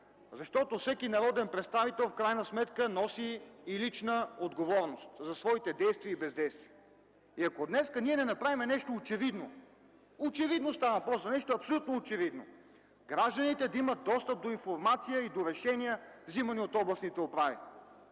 защото всеки народен представител в крайна сметка носи и лична отговорност за своите действия и бездействия. И ако днес ние не направим нещо очевидно, става въпрос за нещо абсолютно очевидно – гражданите да имат достъп до информация и до решения, взимани от областните управи,